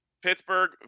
Pittsburgh